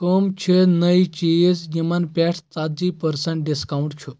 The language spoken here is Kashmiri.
کٕم چھِ نٔے چیٖز یِمَن پٮ۪ٹھ ژَتجی پرسنٹ ڈسکاونٛٹ چھُ